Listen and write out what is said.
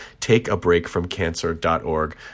takeabreakfromcancer.org